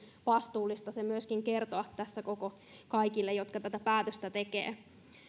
vastuullista se myöskin kertoa tässä kaikille jotka tätä päätöstä tekevät